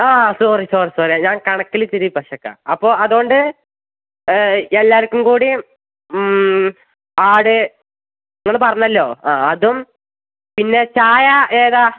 ആ sorry sorry sorry ഞാൻ കണക്കിൽ ഇച്ചിരി പിശകാണ് അപ്പോൾ അത് കൊണ്ട് എല്ലാവർക്കും കൂടി ആട് നിങ്ങൾ പറഞ്ഞല്ലോ ആ അതും പിന്നെ ചായ ഏതാണ്